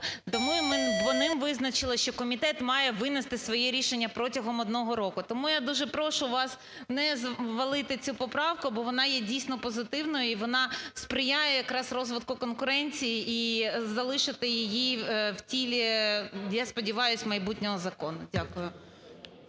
Тому по ним визначили, що комітет має винести своє рішення протягом 1 року. Тому я дуже прошу вас не валити цю поправку, бо вона є дійсно позитивною і вона сприяє якраз розвитку конкуренції, і залишити її в тілі, я сподіваюся, майбутнього закону. Дякую.